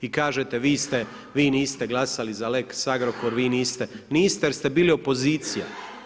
I kažete, vi niste glasali za lex Agrokor, vi niste, niste jer ste bili opozicija.